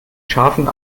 schafen